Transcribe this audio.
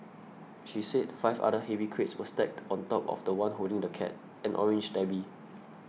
she said five other heavy crates were stacked on top of the one holding the cat an orange tabby